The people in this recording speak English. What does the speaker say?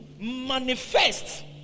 manifest